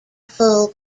full